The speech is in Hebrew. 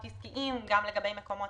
עסקיים, במקומות